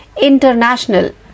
international